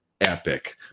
epic